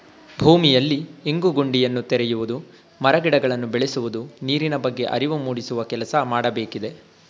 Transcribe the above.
ಭೂಮಿಯಲ್ಲಿ ಇಂಗು ಗುಂಡಿಯನ್ನು ತೆರೆಯುವುದು, ಮರ ಗಿಡಗಳನ್ನು ಬೆಳೆಸುವುದು, ನೀರಿನ ಬಗ್ಗೆ ಅರಿವು ಮೂಡಿಸುವ ಕೆಲಸ ಮಾಡಬೇಕಿದೆ